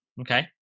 Okay